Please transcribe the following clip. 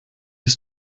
ist